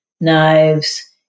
knives